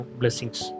blessings